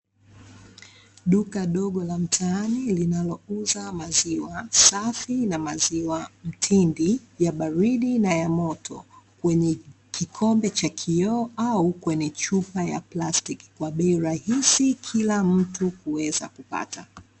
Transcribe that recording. Duka dogo la mtaani linalouza maziwa safi na maziwa mtindi, ya baridi na ya moto, kwenye kikombe cha kioo au kwenye chupa ya plastiki, kwa bei rahisi, kila mtu kuweza kupata.